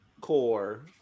core